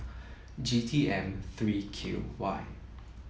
G T M three Q Y